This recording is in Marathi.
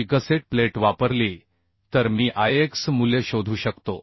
ची गसेट प्लेट वापरली तर मी Ix मूल्य शोधू शकतो